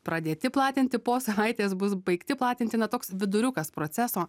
pradėti platinti po savaitės bus baigti platinti na toks viduriukas proceso